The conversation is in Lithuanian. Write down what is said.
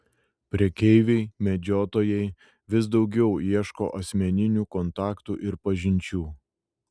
prekeiviai medžiotojai vis daugiau ieško asmeninių kontaktų ir pažinčių